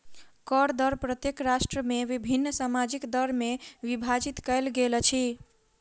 कर दर प्रत्येक राष्ट्र में विभिन्न सामाजिक दर में विभाजित कयल गेल अछि